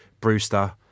Brewster